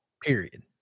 Period